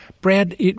Brad